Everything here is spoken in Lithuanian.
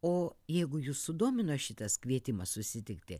o jeigu jus sudomino šitas kvietimas susitikti